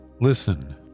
listen